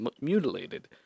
mutilated